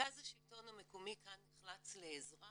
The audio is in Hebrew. מרכז השלטון המקומי כאן נחלץ לעזרה